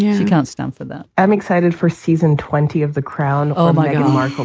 she can't stand for that i'm excited for season twenty of the crown oh, my grandma